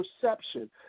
perception